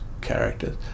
characters